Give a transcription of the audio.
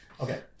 Okay